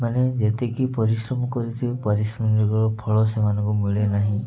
ମାନେ ଯେତିକି ପରିଶ୍ରମ କରୁ ପାରିଶ୍ରମିକ ଫଳ ସେମାନଙ୍କୁ ମିଳେ ନାହିଁ